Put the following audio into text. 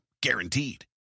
guaranteed